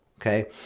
Okay